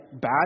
bad